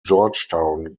georgetown